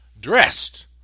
dressed